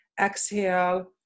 exhale